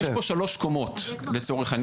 יש פה שלוש קומות לצורך העניין.